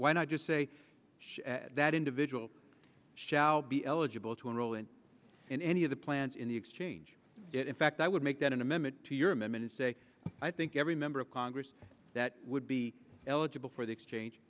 why not just say that individuals shall be eligible to enroll in any of the plans in the exchange that in fact i would make that an amendment to your him and say i think every member of congress that would be eligible for the exchange